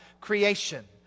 creation